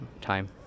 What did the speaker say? Time